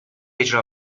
اجرا